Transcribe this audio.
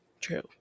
true